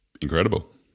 incredible